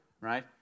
right